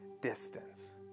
distance